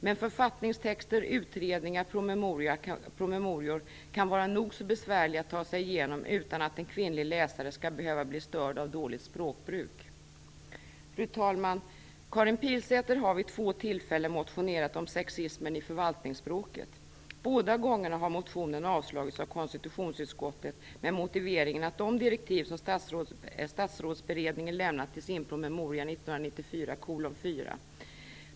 Men författningstexter, utredningar och promemorior kan vara nog så besvärliga att ta sig igenom utan att en kvinnlig läsare skall behöva bli störd av dåligt språkbruk. Fru talman! Karin Pilsäter har vid två tillfällen motionerat om sexismen i förvaltningsspråket. Båda gångerna har motionen avslagits av konstitutionsutskottet med hänvisning till de direktiv som Statsrådsberedningen lämnat i sin promemoria 1994:4.